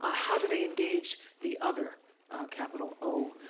ah how do they engage the other capital o?